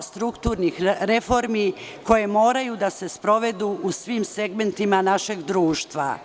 strukturnih reformi koje moraju da se sprovedu u svim segmentima našeg društva.